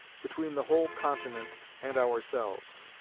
between the whole continent and ourselves